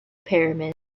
pyramids